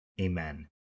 amen